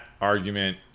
argument –